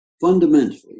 fundamentally